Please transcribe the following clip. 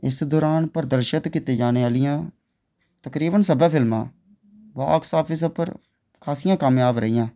इस दौरान प्रदर्शत कीते जाने आह्लियां तकरीबन सब्भै फिल्मां बाक्स आफिस उप्पर खासियां कामयाब रेहियां